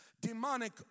demonic